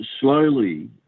slowly